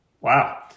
wow